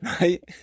right